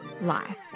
life